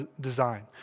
design